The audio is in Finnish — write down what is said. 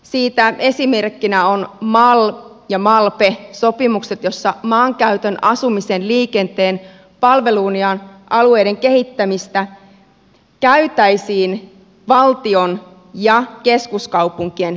siitä esimerkkinä on mal ja malpe sopimukset joissa maankäytön asumisen liikenteen palveluiden ja alueiden kehittämistä käytäisiin valtion ja keskuskaupunkien välisillä sopimuksilla